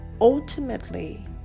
Ultimately